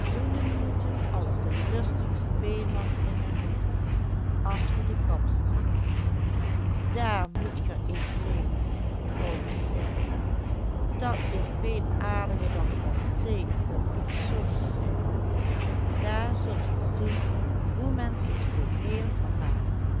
in den hoek achter de kam strijkt daar moet ge eens heen augustijn dat is veel aardiger dan blasé of philosoof te zijn en daar zult gij zien hoe men zich te meer